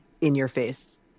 in-your-face